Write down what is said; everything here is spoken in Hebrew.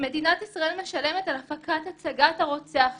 מדינת ישראל משלמת על הפקת הצגת הרוצח שלו.